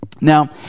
now